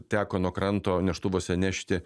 teko nuo kranto neštuvuose nešti